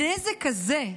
הנזק הזה,